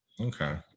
Okay